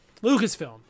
Lucasfilm